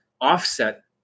offset